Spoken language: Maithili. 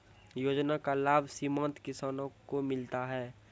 योजना का लाभ सीमांत किसानों को मिलता हैं?